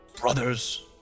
brothers